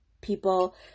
People